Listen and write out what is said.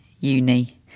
uni